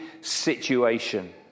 situation